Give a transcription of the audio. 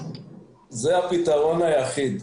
זה הפתרון היחיד.